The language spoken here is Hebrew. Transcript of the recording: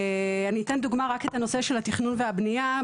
ואתן כדוגמה רק את נושא התכנון והבנייה.